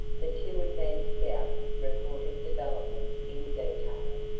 the two advance scouts reported developments in detail,